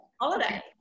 holiday